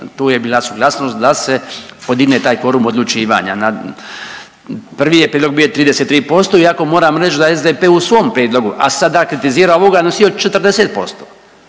tu je bila suglasnost da se podigne taj kvorum odlučivanja na, prvi je prijedlog bio 33% iako moram reći da je SDP u svom prijedlogu, a sada kritizira ovoga nosio 40%.